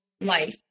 life